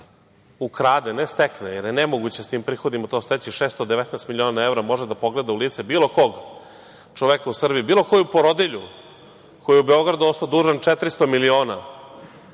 ukrade, ne stekne, jer je nemoguće s tim prihodima steći 619 miliona evra, može da pogleda u lice bilo kog čoveka u Srbiji, bilo koju porodilju, koji je Beogradu ostao dužan 400 miliona,